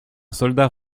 soldat